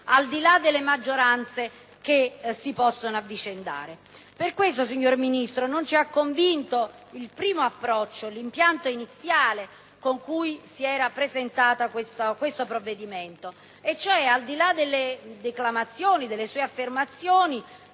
al di là delle maggioranze che si possono avvicendare. Per questo, signor Ministro, non ci ha convinto il primo approccio, l'impianto iniziale con cui era stato presentato questo provvedimento - al di là delle declamazioni, delle sue affermazioni